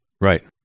Right